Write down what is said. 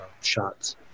shots